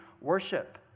worship